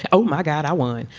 ah oh, my god. i won.